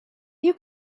you